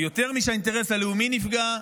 יותר משהאינטרס הלאומי נפגע,